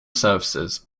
services